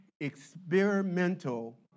experimental